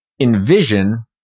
envision